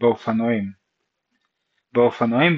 באופנועים באופנועים,